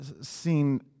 seen